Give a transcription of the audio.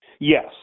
Yes